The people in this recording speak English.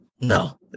no